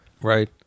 Right